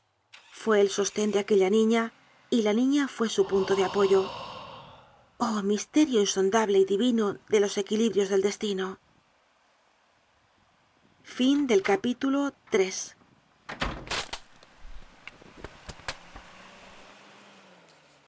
fue el sosten de aquella niña y la niña fue su punto de apoyo oh misterio insondable y divino de los equilibrios del destino content from